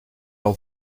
all